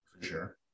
Sure